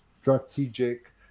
strategic